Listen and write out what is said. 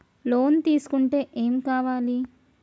Loan తీసుకుంటే ఏం కావాలి?